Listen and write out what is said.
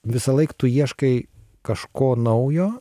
visąlaik tu ieškai kažko naujo